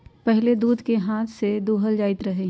पहिले दूध के हाथ से दूहल जाइत रहै